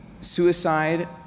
suicide